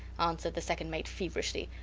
answered the second mate feverishly.